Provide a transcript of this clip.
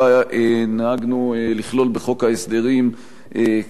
בחוק ההסדרים מה שנקרא "כספים ייחודיים",